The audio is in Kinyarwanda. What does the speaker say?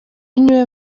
niwe